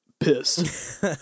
pissed